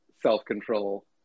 self-control